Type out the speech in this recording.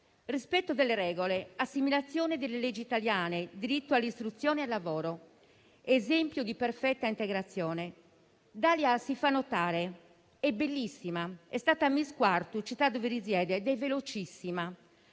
Rispetto delle regole, assimilazione delle leggi italiane, diritto all'istruzione e al lavoro, esempio di perfetta integrazione: Dalia si fa notare; è bellissima, è stata miss Quartu, città dove risiede, ed è velocissima,